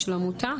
של עמותה.